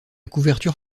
couverture